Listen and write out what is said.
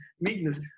meekness